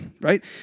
right